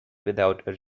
without